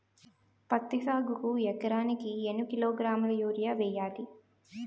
పత్తి సాగుకు ఎకరానికి ఎన్నికిలోగ్రాములా యూరియా వెయ్యాలి?